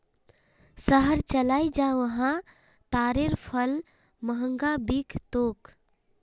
शहर चलइ जा वहा तारेर फल महंगा बिक तोक